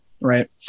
right